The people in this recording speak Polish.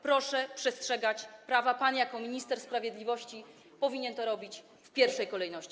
Proszę przestrzegać prawa, pan jako minister sprawiedliwości powinien to robić w pierwszej kolejności.